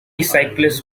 cyclists